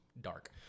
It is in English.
dark